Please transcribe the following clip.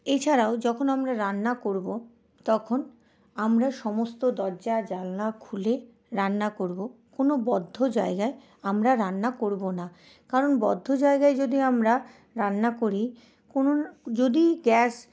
এছাড়াও যখন আমরা রান্না করবো তখন আমরা সমস্ত দরজা আর জানলা খুলে রান্না করবো কোনো বদ্ধ জায়গায় আমরা রান্না করবো না কারণ বদ্ধ জায়গায় যদি আমরা রান্না করি কোন যদি গ্যাস